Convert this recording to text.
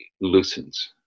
loosens